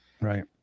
Right